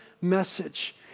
message